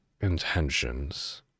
intentions